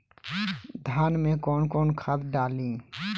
धान में कौन कौनखाद डाली?